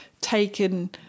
taken